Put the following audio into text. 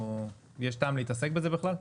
יש טעם להתעסק בזה בכלל?